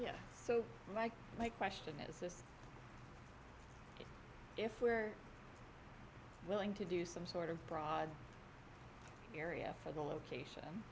yeah so mike my question is if we're willing to do some sort of broad area for the location